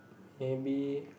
maybe